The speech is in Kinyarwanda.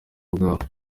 bwawe